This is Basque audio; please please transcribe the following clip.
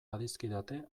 badizkidate